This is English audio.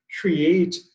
create